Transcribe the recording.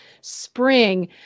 spring